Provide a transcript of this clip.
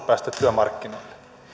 päästä työmarkkinoille